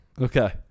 Okay